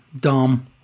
dumb